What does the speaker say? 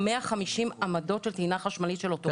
150 עמדות של טעינה חשמלית של אוטובוסים.